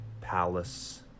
palace